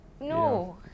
No